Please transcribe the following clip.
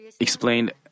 Explained